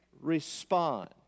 respond